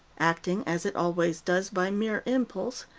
acting, as it always does, by mere impulse,